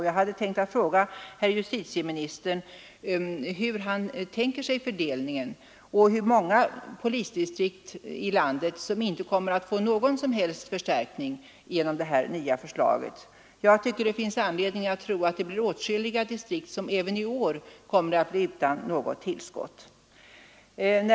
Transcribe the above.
Jag vill fråga herr justitieministern hur han tänker sig denna fördelning och hur många polisdistrikt i landet som inte kommer att få någon som helst förstärkning genom detta nya förslag. Det finns anledning tro att åtskilliga distrikt även i år blir utan något tillskott.